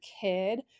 kid